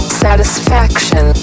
satisfaction